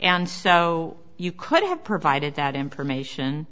and so you could have provided that information